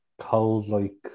cold-like